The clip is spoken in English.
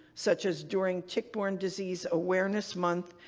such as during tick-borne disease awareness month,